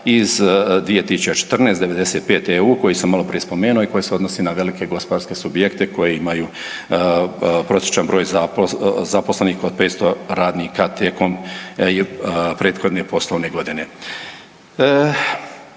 iz 2014/95 EU koje sam maloprije spomenuo i koje se odnose na velike gospodarske subjekte koji imaju prosječan broj zaposlenih od 500 radnika tijekom prethodne poslovne godine.